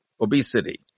obesity